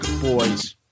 boys